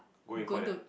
go in front yeah